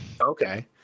okay